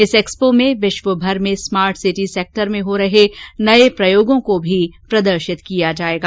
इस एक्सपो में विश्वभर में स्मार्ट सिटी सेक्टर में हो रहे नये प्रयोगों को भी प्रदर्शित किया जाएगा